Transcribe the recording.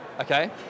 Okay